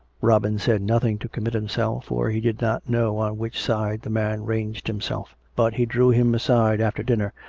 robin said nothing to commit himself, for he did not know on which side the man ranged himself but he drew him aside after dinner,